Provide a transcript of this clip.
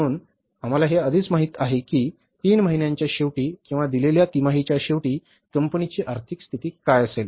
म्हणून आम्हाला हे आधीच माहित आहे की 3 महिन्यांच्या शेवटी किंवा दिलेल्या तिमाहीच्या शेवटी कंपनीची आर्थिक स्थिती काय असेल